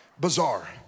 Bizarre